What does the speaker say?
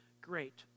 great